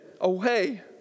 away